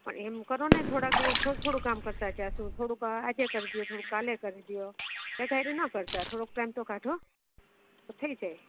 પણ એમ કરો ને થોડાક દિવસ થોડું થોડું કામ કરતાં જઈશું થોડુંક આજે કરી દો થોડું કાલે કરી દો એક હારે ન કરતાં થોડુંક ટાઇમ તો કાઢો તો થઈ જાય